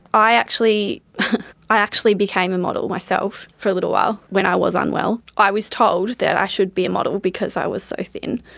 i actually i actually became a model myself for a little while when i was unwell. i was told that i should be a model because i was so thin.